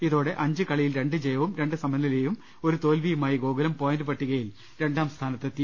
ഇതോടെ അഞ്ച് കളിയിൽ രണ്ട് ജയവും രണ്ട് സമനിലയും ഒരു തോൽവിയുമായി ഗോകുലം പോയിന്റ് പട്ടികയിൽ രണ്ടാം സ്ഥാനത്തെത്തി